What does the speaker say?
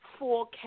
4K